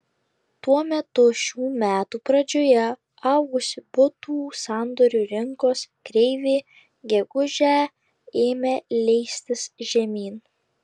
tuo metu šių metų pradžioje augusi butų sandorių rinkos kreivė gegužę ėmė leistis žemyn